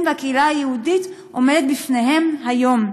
והקהילה היהודית עומדים בפניהם היום.